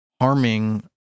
harming